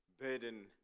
burden